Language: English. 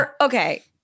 Okay